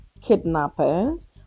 kidnappers